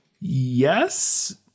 Yes